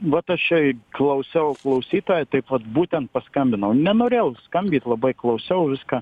vat aš čia klausiau klausytoją taip vat būtent paskambinau nenorėjau skambyt labai klausiau viską